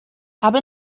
habe